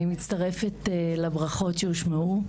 אני מצטרפת לברכות שהושמעו.